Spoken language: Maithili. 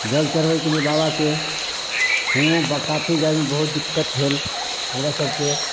जल चढ़बैकेलिए बाबाके हुओँ काफी जाइमे बहुत दिक्कत भेल हमरासभके